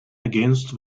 against